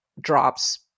drops